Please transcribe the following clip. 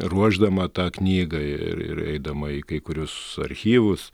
ruošdama tą knygą ir ir eidama į kai kuriuos archyvus